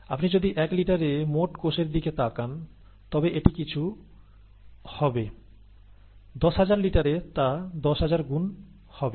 আপনি যদি 1 লিটারে মোট কোষের দিকে তাকান তবে এটি কিছু হবে দশ হাজার লিটারে তা 10 হাজার গুণ হবে